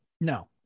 no